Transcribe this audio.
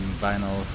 vinyl